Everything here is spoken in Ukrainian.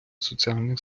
соціальних